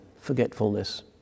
forgetfulness